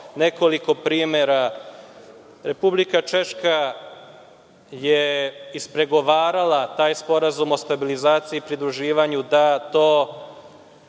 nekoliko primera. Republika Češka je ispregovarala taj sporazum o stabilizaciji i pridruživanju da tu